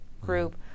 group